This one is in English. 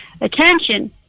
attention